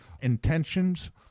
intentions